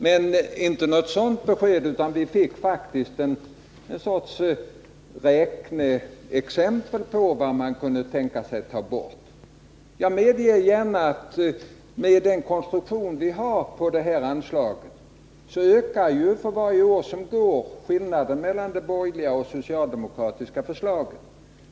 Men vi fick inte något sådant besked, utan vi fick faktiskt ett räkneexempel på vad man kunde tänka sig ta bort. Jag medger gärna att med den konstruktion det här anslaget har, så ökar skillnaderna för varje år som går mellan det borgerliga och det socialdemokratiska förslaget.